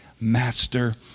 Master